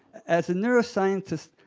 as a neuroscientist,